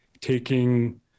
taking